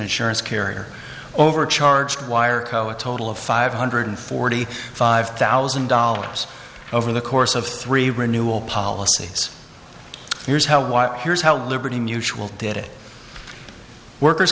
insurance carrier overcharged wire co a total of five hundred forty five thousand dollars over the course of three renewal policies here's how while here's how liberty mutual did it workers